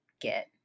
get